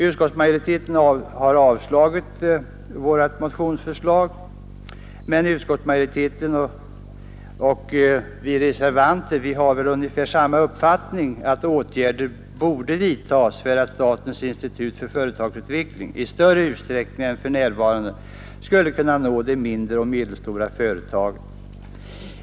Utskottsmajoriteten har avstyrkt vårt motionsförslag, även om utskottsmajoriteten och reservanterna delar uppfattningen att åtgärder borde vidtagas för att statens institut för företagsutveckling i större utsträckning än för närvarande skall kunna nå de mindre och medelstora företagen.